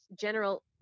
general